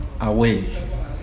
away